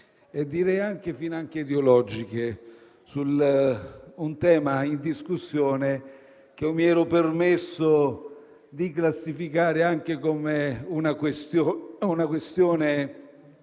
direi finanche ideologiche, su un tema in discussione che mi ero permesso di classificare anche come una questione